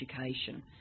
education